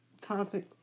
topic